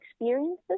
experiences